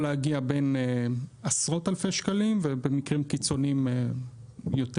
להגיע לעשרות אלפי שקלים ובמקרים קיצוניים יותר,